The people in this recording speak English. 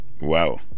Wow